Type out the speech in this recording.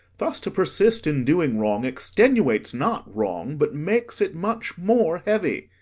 thus to persist in doing wrong extenuates not wrong, but makes it much more heavy.